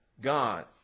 God